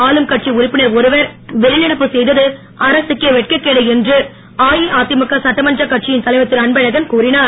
ஆளும் கட்சி உறுப்பினர் ஒருவர் வெளிநடப்பு செய்தது அரசுக்கே வெட்கக்கேடு என்று அஇஅதிமுக சட்டமன்றக் கட்சியின் தலைவர் திருஅன்பழகன் கூறிஞர்